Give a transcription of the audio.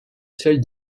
celle